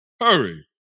hurry